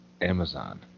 Amazon